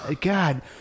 God